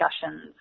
discussions